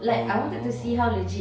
oh